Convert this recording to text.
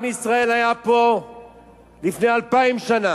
עם ישראל היה פה לפני אלפיים שנה,